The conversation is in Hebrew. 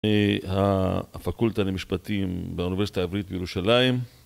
הפקולטה למשפטים באוניברסיטה העברית בירושלים